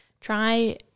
try